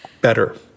Better